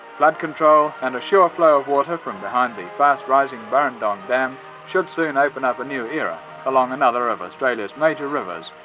flood control and a sure flow of water from behind the fast rising burrendong dam should soon open up a new era along another of australia's major rivers